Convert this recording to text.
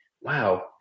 wow